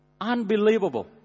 Unbelievable